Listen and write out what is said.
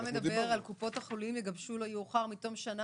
אתה מדבר ש"קופות החולים יגבשו לא יאוחר מתום שנה